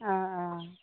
অ অ